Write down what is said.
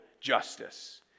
justice